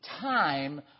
time